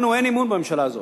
לנו אין אמון בממשלה הזאת.